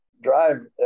drive